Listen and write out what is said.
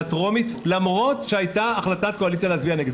הטרומית למרות שהייתה החלטת קואליציה להצביע נגד.